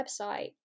website